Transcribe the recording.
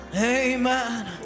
Amen